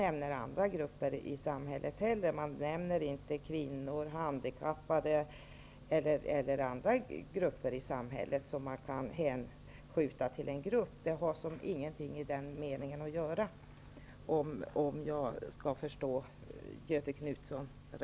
Inga andra grupper i samhället nämns ju -- t.ex. kvinnor, handikappade eller andra som kan hänföras till en viss grupp. Om jag tolkar Göthe Knutson rätt fyller ordet invandrare ingen funktion i den aktuella meningen i utskottets skrivning.